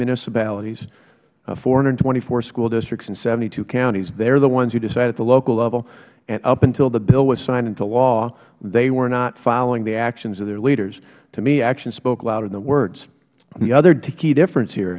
municipalities four hundred and twenty four school districts and seventy two counties they are the ones who decide at the local level and up until the bill was signed into law they were not following the actions of their leaders to me actions spoke louder than words the other key difference here